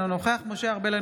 אינו נוכח משה ארבל,